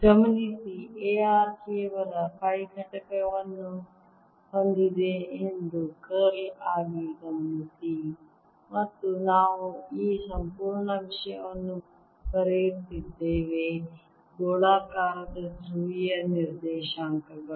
ಗಮನಿಸಿ A r ಕೇವಲ phi ಘಟಕವನ್ನು ಹೊಂದಿದೆ ಎಂದು ಕರ್ಲ್ ಆಗಿ ಗಮನಿಸಿ ಮತ್ತು ನಾವು ಈ ಸಂಪೂರ್ಣ ವಿಷಯವನ್ನು ಬರೆಯುತ್ತಿದ್ದೇವೆ ಗೋಳಾಕಾರದ ಧ್ರುವೀಯ ನಿರ್ದೇಶಾಂಕಗಳು